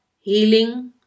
healing